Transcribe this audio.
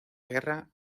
guerra